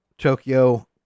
Tokyo